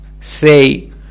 say